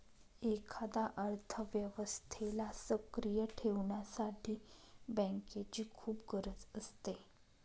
एखाद्या अर्थव्यवस्थेला सक्रिय ठेवण्यासाठी बँकेची खूप गरज असते